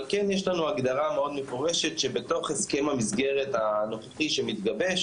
אבל כן יש לנו הגדרה מאוד מפורשת שבתוך הסכם המסגרת הנוכחי שמתגבש